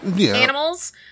animals